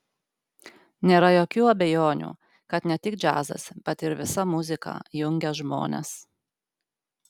nėra jokių abejonių kad ne tik džiazas bet ir visa muzika jungia žmonės